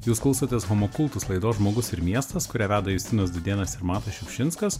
jūs klausotės homo kultus laidos žmogus ir miestas kurią veda justinas dudėnas ir matas šiupšinskas